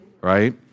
Right